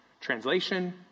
Translation